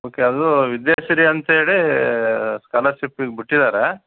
okay ಅದು ವಿದ್ಯಾಸಿರಿ ಅಂತೇಳಿ scholarship ಈಗ ಬಿಟ್ಟಿದ್ದಾರೆ